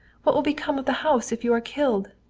what will become of the house if you are killed?